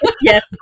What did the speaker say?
Yes